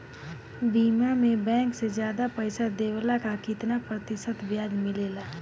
बीमा में बैंक से ज्यादा पइसा देवेला का कितना प्रतिशत ब्याज मिलेला?